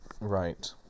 Right